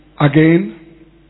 Again